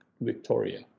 Victoria